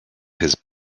his